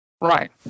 Right